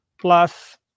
Plus